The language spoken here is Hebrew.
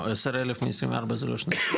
לא, 10 אלף מ-24 זה לא שני שליש.